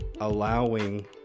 allowing